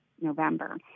November